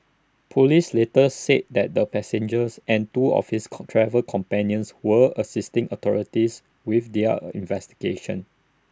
Police later said that the passengers and two of his co travel companions were assisting authorities with their investigations